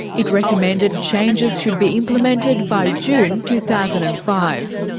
it recommended changes should be implemented by june two thousand and five.